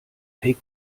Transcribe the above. fake